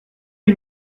pas